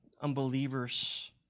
unbelievers